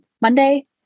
Monday